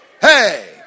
Hey